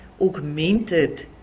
augmented